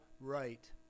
right